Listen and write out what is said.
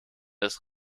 des